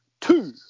two